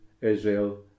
Israel